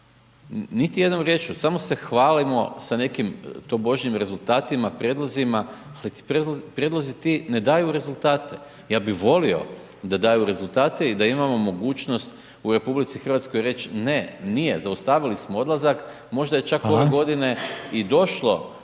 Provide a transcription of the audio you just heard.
Niti jednom riječju, samo se hvalimo sa nekim tobožnjim rezultatima, prijedlozima. Prijedlozi ti ne daju rezultate. Ja bih volio da daju rezultate i da imamo mogućnost u RH reći ne, nije, zaustavili smo odlazak, možda je čak .../Upadica: Hvala.